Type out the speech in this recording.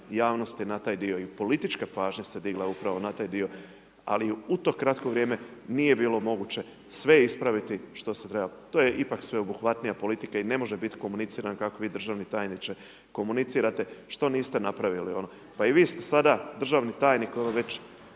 javnosti na taj dio i politički pažnja se digla upravo na taj dio ali u to kratko vrijeme nije bilo moguće sve ispraviti što se treba, to je ipak sveobuhvatnija politika i ne može biti komuniciran kako vi državna tajniče, komunicirate, što niste napravili. Pa i vi ste sada državni tajnik već